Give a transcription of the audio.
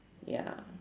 ya